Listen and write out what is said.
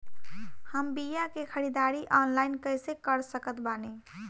हम बीया के ख़रीदारी ऑनलाइन कैसे कर सकत बानी?